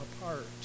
apart